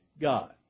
God